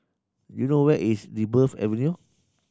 do you know where is Dryburgh Avenue